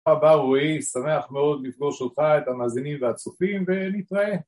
ברוך הבא רועי, שמח מאוד לפגוש אותך את המאזינים והצופים ונתראה